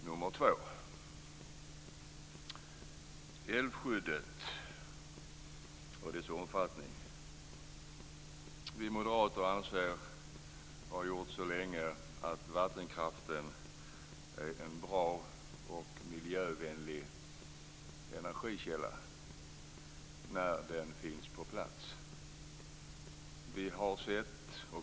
När det gäller älvskyddet och dess omfattning har vi moderater länge ansett att vattenkraften är en bra och miljövänlig energikälla, när den finns på plats.